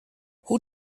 who